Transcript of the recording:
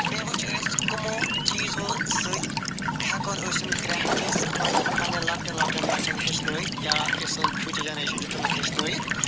بیٚیہِ وُچھٕ أسۍ کُمو چیٖزو سۭتۍ ہٮ۪کون أسۍ یِم کرٛیفٹٕس مطلب پنٕنٮ۪ن لۄکٹٮ۪ن لۄکٹٮ۪ن بچن ہیٚچھنٲے یا یُس سٲنۍ فیٛوٗچر جنریٚشن چھِ تِمن ہیٚچھنٲوِتھ